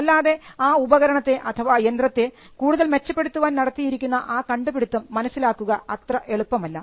അല്ലാതെ ആ ഉപകരണത്തെ അഥവാ യന്ത്രത്തെ കൂടുതൽ മെച്ചപ്പെടുത്താൻ നടത്തിയിരിക്കുന്ന ആ കണ്ടുപിടിത്തം മനസ്സിലാക്കുക അത്ര എളുപ്പമല്ല